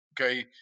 Okay